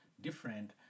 different